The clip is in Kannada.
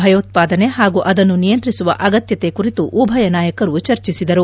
ಭಯೋತ್ವಾದನೆ ಹಾಗೂ ಅದನ್ನು ನಿಯಂತ್ರಿಸುವ ಅಗತ್ಯತೆ ಕುರಿತು ಉಭಯ ನಾಯಕರು ಚರ್ಚಿಸಿದರು